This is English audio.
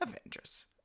Avengers